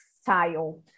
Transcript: style